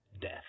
death